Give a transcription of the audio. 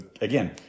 again